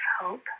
hope